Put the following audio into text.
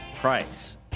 price